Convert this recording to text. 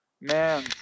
man